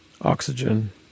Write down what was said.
oxygen